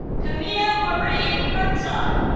camille marie herzog